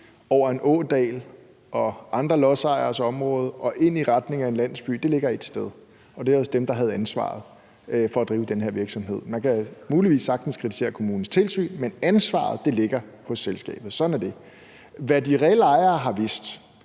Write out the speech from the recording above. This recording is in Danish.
over en ådal og andre lodsejeres område og i retning af en landsby, ligger et sted, og det er hos dem, der havde ansvaret for at drive den her virksomhed. Man kan muligvis sagtens kritisere kommunens tilsyn, men ansvaret ligger hos selskabet. Sådan er det. Hvad de reelle ejere har vidst